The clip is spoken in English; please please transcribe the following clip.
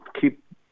keep